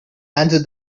answered